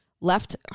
left